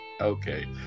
Okay